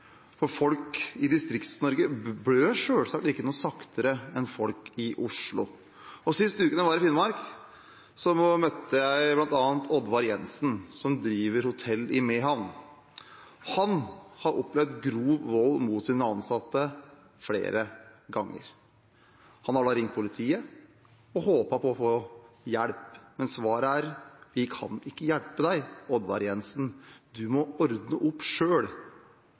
for folk i Distrikts-Norge blør selvsagt ikke noe saktere enn folk i Oslo. Sist uke, da jeg var i Finnmark, møtte jeg bl.a. Oddvar Jenssen, som driver hotell i Mehamn. Han har opplevd grov vold mot sine ansatte flere ganger. Han har da ringt politiet og håpet på å få hjelp, men svaret har vært: Vi kan ikke hjelpe deg, Oddvar Jenssen, du må ordne opp